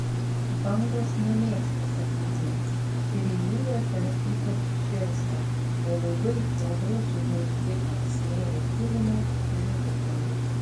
bangos nemėgsta seklumų ir jūra ten ypač šėlsta o laivai audros užnešti ant smėlio kilimo žūsta